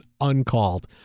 uncalled